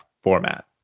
Format